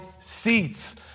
seats